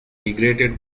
degraded